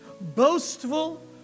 boastful